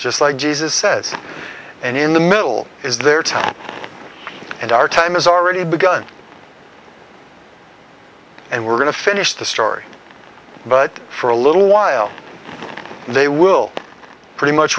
just like jesus says and in the middle is their time and our time has already begun and we're going to finish the story but for a little while they will pretty much